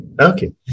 Okay